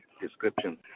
description